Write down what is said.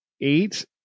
eight